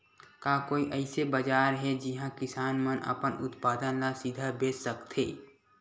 का कोई अइसे बाजार हे जिहां किसान मन अपन उत्पादन ला सीधा बेच सकथे?